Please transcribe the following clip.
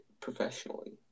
Professionally